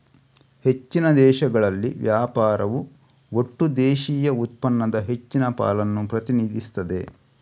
ಹೆಚ್ಚಿನ ದೇಶಗಳಲ್ಲಿ ವ್ಯಾಪಾರವು ಒಟ್ಟು ದೇಶೀಯ ಉತ್ಪನ್ನದ ಹೆಚ್ಚಿನ ಪಾಲನ್ನ ಪ್ರತಿನಿಧಿಸ್ತದೆ